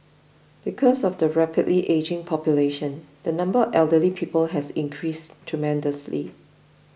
because of the rapidly ageing population the number elderly people has increased tremendously